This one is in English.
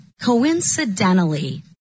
coincidentally